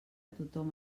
tothom